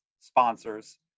sponsors